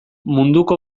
munduko